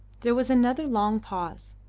there was another long pause.